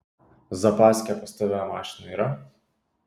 zapaskė pas tave mašinoj yra